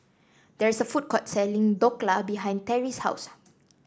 there is a food court selling Dhokla behind Terrie's house